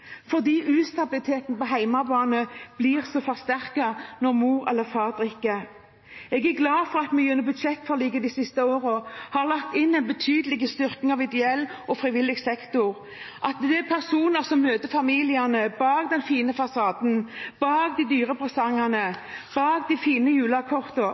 fordi ustabiliteten på hjemmebane blir så forsterket når mor eller far drikker. Jeg er glad for at vi gjennom budsjettforliket de siste årene har lagt inn en betydelig styrking av ideell og frivillig sektor – at det er personer som møter familiene bak den fine fasaden, bak de dyre presangene, bak de fine